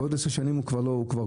בעוד עשר שנים הוא כבר גרוטאה.